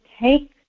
take